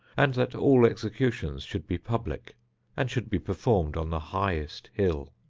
and that all executions should be public and should be performed on the highest hill.